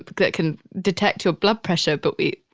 that can detect your blood pressure. but we,